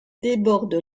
déborde